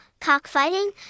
cockfighting